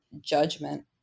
judgment